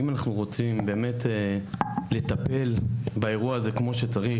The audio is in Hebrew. שאם אנחנו באמת רוצים לטפל באירוע הזה כמו שצריך,